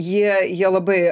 jie jie labai